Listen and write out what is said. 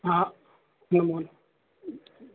आं नमोनमः